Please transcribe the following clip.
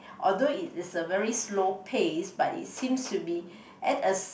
although it is a very slow pace but it seems to be at a